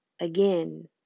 again